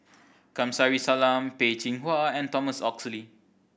Kamsari Salam Peh Chin Hua and Thomas Oxley